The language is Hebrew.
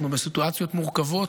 אנחנו בסיטואציות מורכבות,